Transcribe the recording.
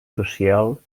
social